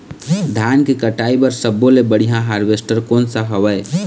धान के कटाई बर सब्बो ले बढ़िया हारवेस्ट कोन सा हवए?